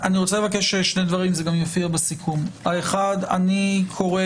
אני רוצה לבקש שני דברים וזה גם יופיע בסיכום: 1. אני קורא